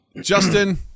Justin